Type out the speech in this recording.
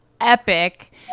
epic